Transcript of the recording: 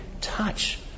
touch